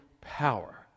power